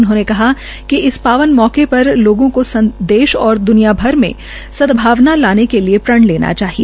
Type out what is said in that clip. उन्होंने कहा कि इस पावन मौके पर लोगों को देश और द्वनिया भर में सदभावना लाने के लिये प्रण लेना चाहिए